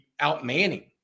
outmanning